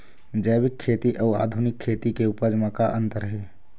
जैविक खेती अउ आधुनिक खेती के उपज म का अंतर हे?